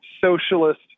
socialist